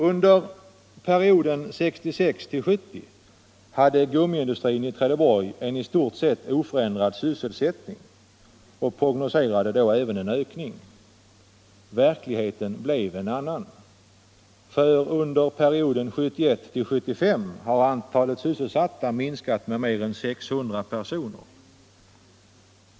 Under perioden 1966-1970 hade gummiindustrin i Trelleborg en i stort sett oförändrad sysselsättning och prognoserade då även en ökning. Verkligheten blev en annan, för under perioden 1971-1975 har antalet sysselsatta minskat med mer än 600.